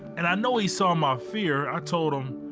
and i know he saw my fear, i told him,